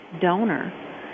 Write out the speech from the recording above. donor